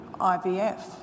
IVF